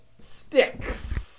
Sticks